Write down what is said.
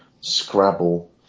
Scrabble